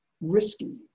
risky